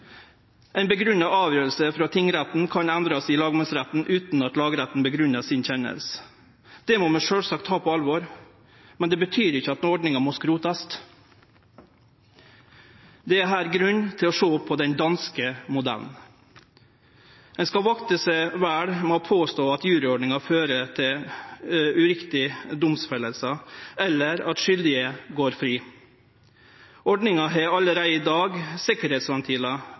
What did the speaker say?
frå tingretten kan endrast i lagmannsretten utan at lagretten grunngjev sin kjennelse. Det må vi sjølvsagt ta på alvor, men det betyr ikkje at ordninga må skrotast. Det er her grunn til å sjå på den danske modellen. Ein skal vakte seg vel for å påstå at juryordninga fører til uriktige domfellingar eller at skyldige går fri. Ordninga har allereie i dag